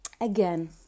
Again